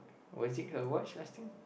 was it a watch last time